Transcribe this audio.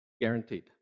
guaranteed